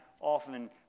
often